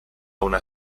una